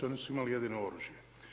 Oni su imali jedino oružje.